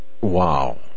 Wow